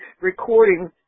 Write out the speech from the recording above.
recording